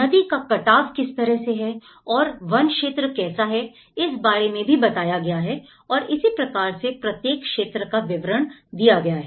नदी का कटाव किस तरह से है और वन क्षेत्र कैसा है इस बारे में भी बताया गया है और इसी प्रकार से प्रत्येक क्षेत्र का विवरण दिया गया है